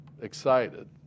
excited